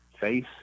face